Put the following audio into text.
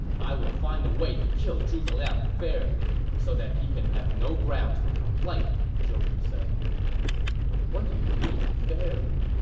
i will find a way to kill zhuge liang fairly, so that he can have no grounds for complaint, zhou yu said what do you mean fairly?